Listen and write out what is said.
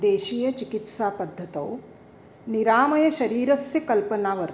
देशीयचिकित्सापद्धतौ निरामयशरीरस्य कल्पना वर्तते